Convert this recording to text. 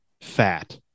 Fat